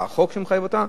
בחוק שמחייב אותה.